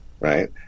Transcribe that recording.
Right